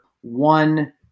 one